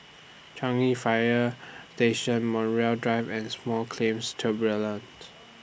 Changi Fire Station Montreal Drive and Small Claims Tribunals